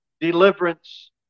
deliverance